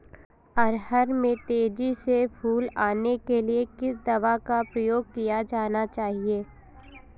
अरहर में तेजी से फूल आने के लिए किस दवा का प्रयोग किया जाना चाहिए?